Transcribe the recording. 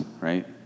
right